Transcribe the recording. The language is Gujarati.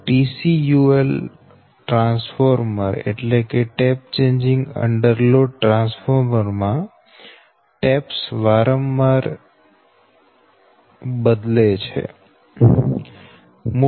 TCUL ટ્રાન્સફોર્મર માં ટેપ્સ માં વારંવાર ફેરફાર થાય છે